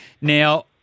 Now